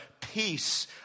peace